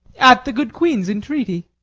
at the good queen's entreaty.